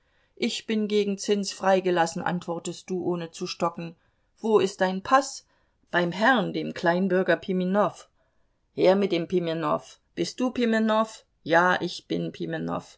ich bin gegen zins freigelassen antwortest du ohne zu stocken wo ist dein paß beim herrn dem kleinbürger pimenow her mit dem pimenow bist du pimenow ja ich bin